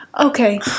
okay